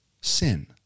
sin